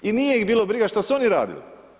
I nije ih bilo briga što su oni radili.